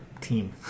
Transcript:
team